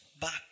back